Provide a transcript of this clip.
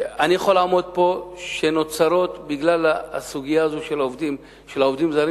שאני יכול לומר פה שהן נוצרות בגלל הסוגיה הזאת של העובדים הזרים,